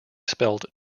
spelled